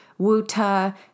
Wuta